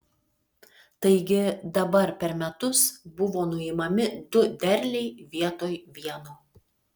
taigi dabar per metus buvo nuimami du derliai vietoj vieno